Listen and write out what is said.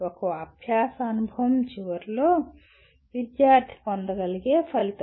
ఒక అభ్యాస అనుభవం చివరిలో విద్యార్థి పొందగలిగే ఫలితం